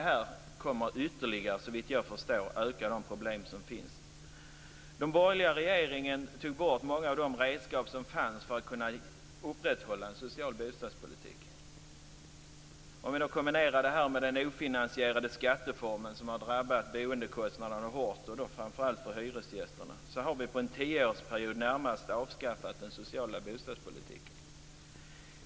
Såvitt jag förstår kommer det här att innebära att de problem som finns ytterligare ökar. Den borgerliga regeringen tog bort många av de redskap som fanns för att kunna upprätthålla en social bostadspolitik. Kombinerat med den ofinansierade skattereformen som har drabbat boendekostnaderna hårt, framför allt för hyresgästerna, innebär detta att vi under en tioårsperiod närmast har avskaffat den sociala bostadspolitiken.